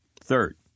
Third